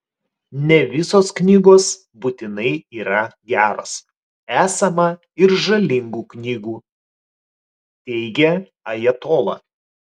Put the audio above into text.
ne visos knygos būtinai yra geros esama ir žalingų knygų teigė ajatola